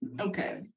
Okay